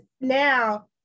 now